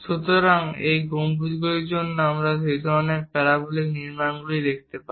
সুতরাং এখানে এই গম্বুজগুলির জন্য আমরা সেই ধরণের প্যারাবোলিক নির্মাণগুলি দেখতে পাই